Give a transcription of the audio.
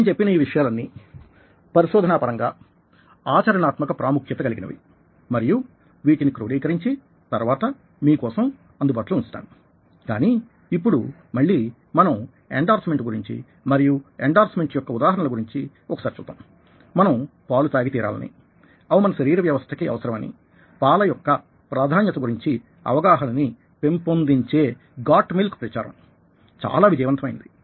నేను చెప్పిన ఈ విషయాలన్నీ పరిశోధనాపరంగా ఆచరణాత్మక ప్రాముఖ్యత కలిగినవి మరియు వీటిని క్రోడీకరించి తరువాత మీకోసం అందుబాటులో ఉంచుతాను కానీ ఇప్పుడు మళ్లీ మనం ఎండార్స్మెంట్ గురించి మరియు ఎండార్స్మెంట్ యొక్క ఉదాహరణలు గురించి ఒకసారి చూద్దాం మనం పాలు తాగి తీరాలని అవి మన శరీర వ్యవస్థ కి అవసరమని పాల యొక్క ప్రాధాన్యత గురించి అవగాహనని పెంపొందించే గాట్ మిల్క్ ప్రచారం చాలా విజయవంతమైనది